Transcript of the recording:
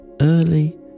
early